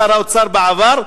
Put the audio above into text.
שר האוצר בעבר,